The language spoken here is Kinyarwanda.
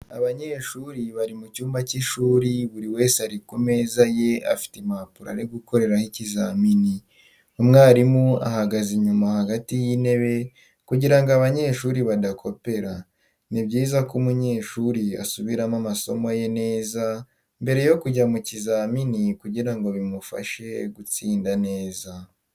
Abanyeshuri bari mu cyumba cy'ishuri buri wese ari ku meza ye afite impapuro ari gukoreraho ikizamini umwarimu ahagaze inyuma hagati y'itebe kugirango abanyeshuri badakopera. Ni byiza ko umunyeshuri asubiramo amasomo ye neza mbere yo kujya mu kizamini kugirango bimufashe gutsinda neza.